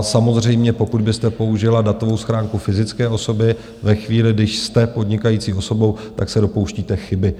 Samozřejmě, pokud byste použila datovou schránku fyzické osoby ve chvíli, kdy jste podnikající osobou, tak se dopouštíte chyby.